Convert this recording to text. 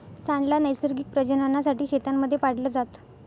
सांड ला नैसर्गिक प्रजननासाठी शेतांमध्ये पाळलं जात